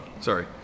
Sorry